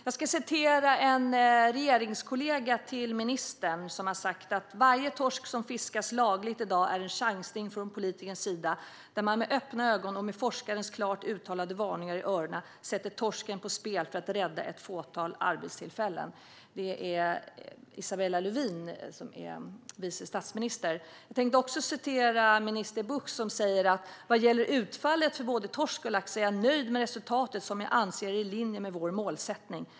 Jag ska citera en regeringskollega till ministern, som har sagt: "Varje torsk som fiskas lagligt i dag är en chansning från politikernas sida, där man med öppna ögon och med forskarens klart uttalade varningar i öronen sätter torsken på spel för att rädda ett fåtal arbetstillfällen." Det är Isabella Lövin, vice statsminister, som har sagt detta. Jag tänkte också citera minister Bucht, som säger: "Vad gäller utfallet för både torsk och lax är jag nöjd med resultatet som jag anser är i linje med vår målsättning.